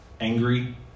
angry